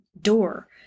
door